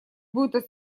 будет